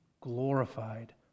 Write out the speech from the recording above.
glorified